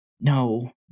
no